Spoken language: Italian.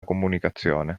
comunicazione